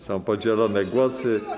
Są podzielone głosy.